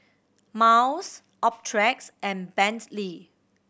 Miles Optrex and Bentley